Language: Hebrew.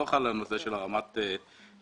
לא חל הנושא של הרמת מסך.